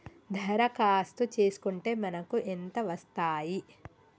దరఖాస్తు చేస్కుంటే మనకి ఎంత వస్తాయి?